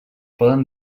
poden